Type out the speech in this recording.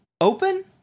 Open